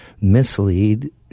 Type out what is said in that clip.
mislead